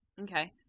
Okay